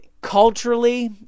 culturally